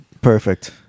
Perfect